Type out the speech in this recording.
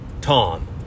tom